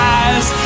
eyes